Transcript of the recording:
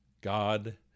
God